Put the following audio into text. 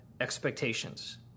expectations